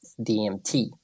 DMT